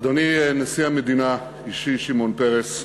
אדוני נשיא המדינה, אישי שמעון פרס,